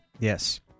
Yes